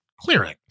clearing